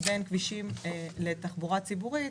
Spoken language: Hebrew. מתחלקים בין כבישים לבין תחבורה ציבורית,